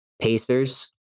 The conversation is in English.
Pacers